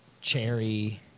cherry